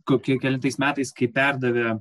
kokie kelintais metais kai perdavė